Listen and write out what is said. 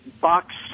box